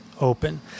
open